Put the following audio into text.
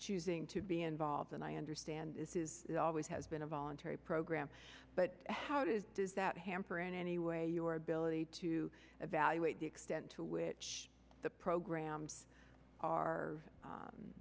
choosing to be involved and i understand is is it always has been a voluntary program but how it is does that hamper in any way your ability to evaluate the extent to which the programs are